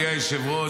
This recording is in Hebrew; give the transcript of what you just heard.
אדוני היושב-ראש,